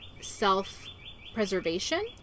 self-preservation